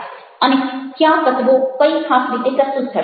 અને ક્યા તત્ત્વો કંઈ ખાસ રીતે પ્રસ્તુત થશે